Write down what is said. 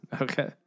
Okay